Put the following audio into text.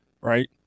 right